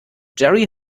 jerry